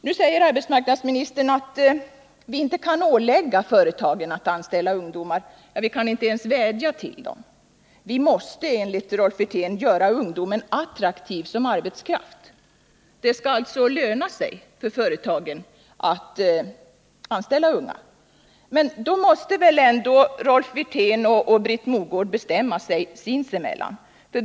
Nu säger arbetsmarknadsministern att vi inte kan ålägga företagen att anställa ungdomar — ja, vi kan inte ens vädja till dem. Vi måste enligt Rolf Wirtén göra ungdomen attraktiv som arbetskraft. Det skall alltså löna sig för företagen att anställa ungdomar. Men då måste väl ändå Rolf Wirtén och Britt Mogård sinsemellan bestämma sig?